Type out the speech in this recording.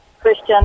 Christian